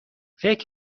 فکر